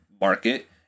market